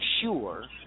sure